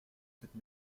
cette